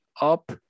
up